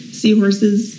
seahorses